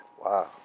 Wow